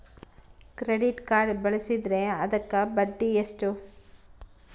Credit card ಬಳಸಿದ್ರೇ ಅದಕ್ಕ ಬಡ್ಡಿ ಎಷ್ಟು?